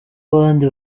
abandi